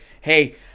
Hey